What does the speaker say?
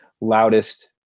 loudest